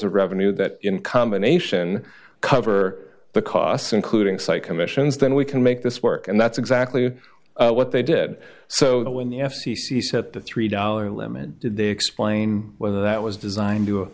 of revenue that in combination cover the costs including site commissions then we can make this work and that's exactly what they did so that when the f c c set the three dollars limit did they explain whether that was designed to